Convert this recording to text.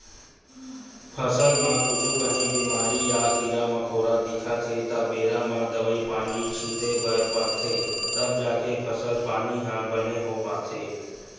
फसल म कुछु काही बेमारी या कीरा मकोरा दिखत हे त बेरा म दवई पानी छिते बर परथे तब जाके फसल पानी ह बने हो पाथे